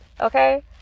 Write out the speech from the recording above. Okay